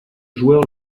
joueur